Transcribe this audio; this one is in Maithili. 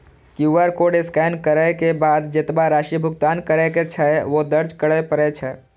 क्यू.आर कोड स्कैन करै के बाद जेतबा राशि भुगतान करै के छै, ओ दर्ज करय पड़ै छै